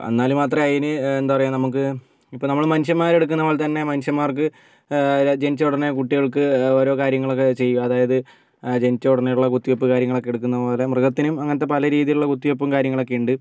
എന്നാൽ മാത്രമേ അതിന് എന്താ പറയുക നമുക്ക് ഇപ്പം നമ്മൾ മനുഷ്യന്മാർ എടുക്കുന്ന പോലെ തന്നെ മനുഷ്യന്മാർക്ക് ജനിച്ച ഉടനെ കുട്ടികൾക്ക് ഓരോ കാര്യങ്ങൾ ഒക്കെ ചെയ്യും അതായത് ആ ജനിച്ച ഉടനെ ഉള്ള കുത്തിവെപ്പ് കാര്യങ്ങളൊക്കെ എടുക്കുന്നത് പോലെ മൃഗത്തിനും അങ്ങനത്തെ പലരീതിയിലുള്ള കുത്തിവെപ്പും കാര്യങ്ങളൊക്കെ ഉണ്ട്